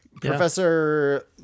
Professor